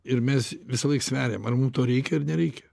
ir mes visąlaik sveriam ar mum to reikia ar nereikia